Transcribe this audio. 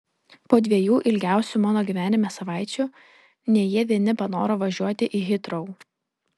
po dviejų ilgiausių mano gyvenime savaičių ne jie vieni panoro važiuoti į hitrou